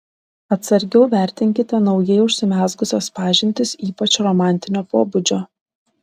atsargiau vertinkite naujai užsimezgusias pažintis ypač romantinio pobūdžio